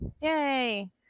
Yay